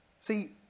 See